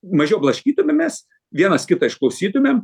mažiau blaškytumėmės vienas kitą išklausytumėm